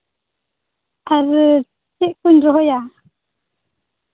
ᱟᱨ ᱪᱮᱫ ᱠᱚᱧ ᱨᱚᱦᱚᱭᱟ